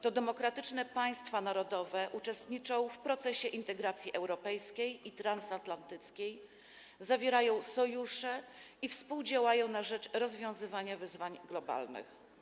To demokratyczne państwa narodowe uczestniczą w procesie integracji europejskiej i transatlantyckiej, zawierają sojusze i współdziałają na rzecz rozwiązywania wyzwań globalnych.